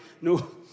no